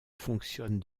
fonctionne